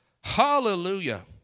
Hallelujah